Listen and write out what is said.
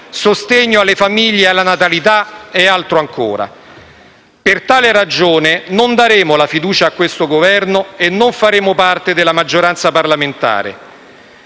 sostegno alle famiglie e alla natalità e altro ancora. Per tale ragione, non daremo la fiducia a questo Governo e non faremo parte della maggioranza parlamentare.